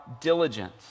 diligence